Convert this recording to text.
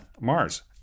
Mars